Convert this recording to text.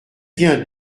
vient